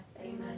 Amen